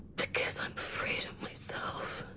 because i'm afraid of myself.